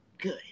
Good